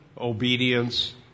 obedience